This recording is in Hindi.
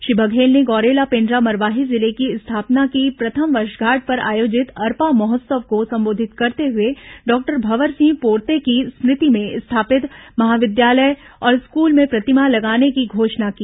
श्री बघेल ने गौरेला पेण्ड्रा मरवाही जिले की स्थापना की प्रथम वर्षगांठ पर आयोजित अरपा महोत्सव को संबोधित करते हुए डॉक्टर भवर सिंह पोर्ते की स्मृति में स्थापित महाविद्यालय और स्कूल में प्रतिमा लगाने की घोषणा की